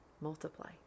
multiply